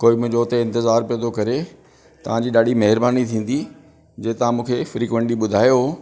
कोई मुंहिंजो हुते इंतिज़ारु पियो थो करे तव्हांजी ॾाढी महिरबानी थींदी जीअं तव्हां मूंखे फ्रीक्वैंटली ॿुधायो